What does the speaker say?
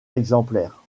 exemplaires